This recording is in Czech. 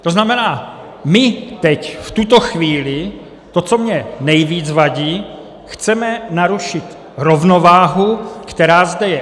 To znamená, my teď, v tuto chvíli to, co mně nejvíc vadí chceme narušit rovnováhu, která zde je.